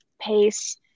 pace